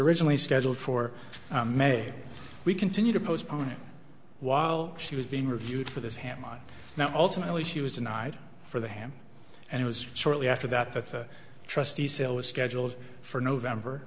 originally scheduled for may we continue to postpone it while she was being reviewed for this hammond now ultimately she was denied for the ham and it was shortly after that that the trustee sale was scheduled for november